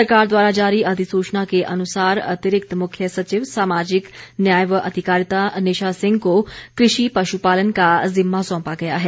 सरकार द्वारा जारी अधिसूचना के अनुसार अतिरिक्त मुख्य सचिव सामाजिक न्याय व अधिकारिता निशा सिंह को कृषि पशुपालन का जिम्मा सौंपा गया है